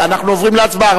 אנחנו עוברים להצבעה.